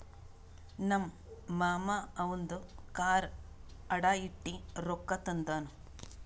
ನಮ್ ಮಾಮಾ ಅವಂದು ಕಾರ್ ಅಡಾ ಇಟ್ಟಿ ರೊಕ್ಕಾ ತಂದಾನ್